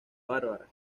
barbara